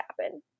happen